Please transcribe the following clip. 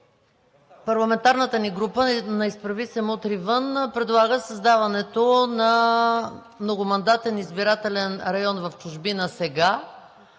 парламентарната група на „Изправи се! Мутри вън!“ предлага създаването на многомандатен избирателен район в чужбина сега,